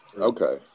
Okay